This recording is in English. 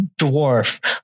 dwarf